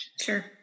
Sure